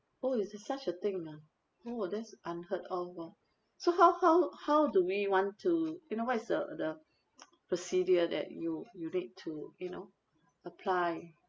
oh is it such a thing ah oh that's unheard of orh so how how how do we want to you know what is the the procedure that you you need to you know apply